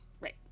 Right